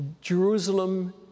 Jerusalem